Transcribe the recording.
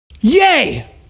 Yay